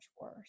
worse